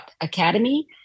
academy